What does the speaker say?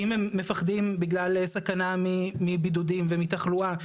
אם הם פוחדים בגלל בידוד ותחלואה,